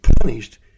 punished